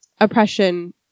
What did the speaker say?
oppression